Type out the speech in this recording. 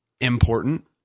important